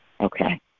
okay